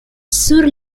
sur